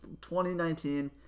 2019